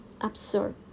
absurd